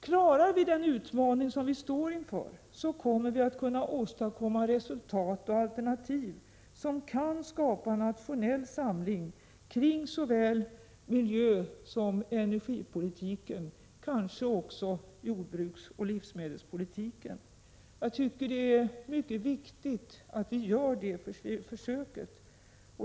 Klarar vi den utmaning vi står inför kommer vi att kunna åstadkomma resultat och alternativ, som kan skapa nationell samling kring såväl miljösom energipolitiken, kanske också jordbruksoch livsmedelspolitiken. Jag tycker det är mycket viktigt att vi gör det här försöket.